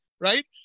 right